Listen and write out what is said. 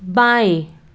बाएँ